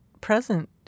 present